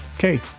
Okay